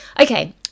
okay